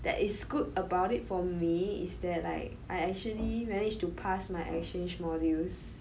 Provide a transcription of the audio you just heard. that is good about it for me is that like I actually managed to pass my exchange modules